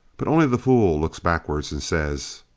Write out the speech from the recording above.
but only the fool looks backward and says,